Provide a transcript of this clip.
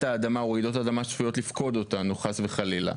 האדמה או רעידות אדמה שצפויות לפקוד אותנו חס וחלילה,